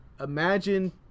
imagine